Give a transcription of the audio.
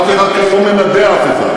אף אחד כאן לא מנדה אף אחד.